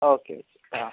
okay okay ആ